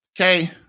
Okay